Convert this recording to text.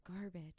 garbage